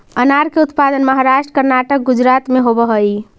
अनार के उत्पादन महाराष्ट्र, कर्नाटक, गुजरात में होवऽ हई